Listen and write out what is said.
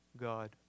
God